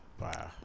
Wow